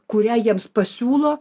kurią jiems pasiūlo